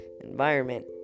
environment